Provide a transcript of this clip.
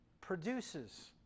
produces